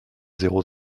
zéro